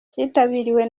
kitabiriwe